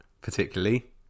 particularly